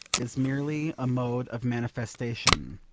is merely a mode of manifestation.